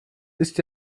ist